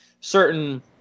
certain